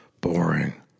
Boring